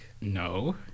no